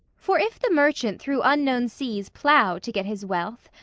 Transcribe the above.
for if the merchant through unknown seas plough to get his wealth,